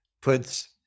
puts